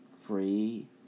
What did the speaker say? free